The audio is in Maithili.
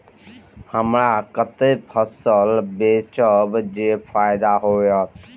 हमरा कते फसल बेचब जे फायदा होयत?